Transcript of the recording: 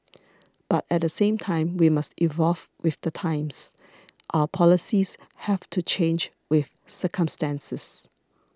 but at the same time we must evolve with the times our policies have to change with circumstances